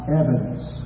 evidence